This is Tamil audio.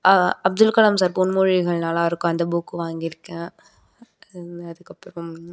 அப்துல் கலாம் சார் பொன்மொழிகள் நல்லாயிருக்கும் அந்த புக் வாங்கியிருக்கேன் அதுக்கப்புறம்